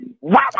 Wow